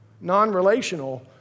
non-relational